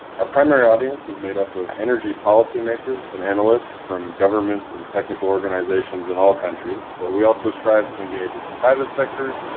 our primary audience is made up of energy policymakers and analysts from governments and technical organizations of and all countries, but we also strive to engage with the private sector,